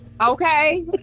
Okay